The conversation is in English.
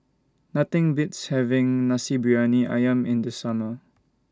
Nothing Beats having Nasi Briyani Ayam in The Summer